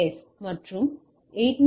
S மற்றும் 802